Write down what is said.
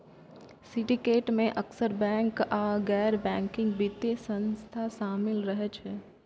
syndicate मे अक्सर bank आ गैर बैंकिंग वित्तीय संस्था शामिल रहै छै